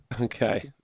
Okay